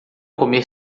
comer